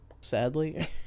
sadly